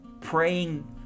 praying